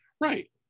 right